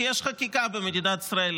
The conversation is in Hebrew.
כי יש חקיקה במדינת ישראל.